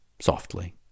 softly